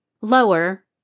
lower